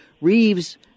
Reeves